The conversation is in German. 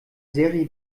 seri